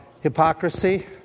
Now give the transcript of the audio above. Hypocrisy